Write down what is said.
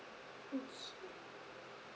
okay